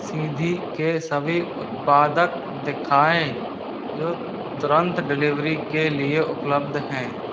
सीधी के सभी उत्पादक दिखाएँ जो तुरंत डिलेवरी के लिए उपलब्ध हैं